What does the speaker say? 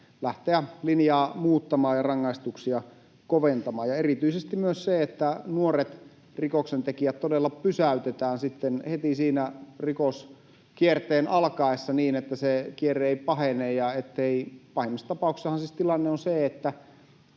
lähteä linjaa muuttamaan ja rangaistuksia koventamaan, erityisesti myös niin, että nuoret rikoksentekijät todella pysäytetään heti siinä rikoskierteen alkaessa, niin että se kierre ei pahene. Pahimmassa tapauksessahan siis tilanne on se, että